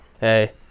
Hey